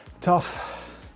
tough